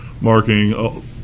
marking